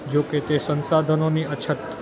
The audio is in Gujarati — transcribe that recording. જોકે તે સંસાધનોની અછત